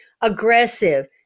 aggressive